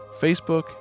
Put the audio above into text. Facebook